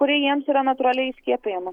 kuri jiems yra natūraliai įskiepijama